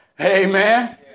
Amen